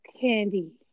Candy